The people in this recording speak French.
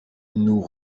nous